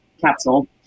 capsule